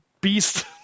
beast